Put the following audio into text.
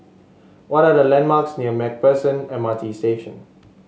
what are the landmarks near MacPherson M R T Station